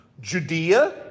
Judea